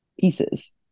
pieces